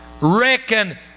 reckon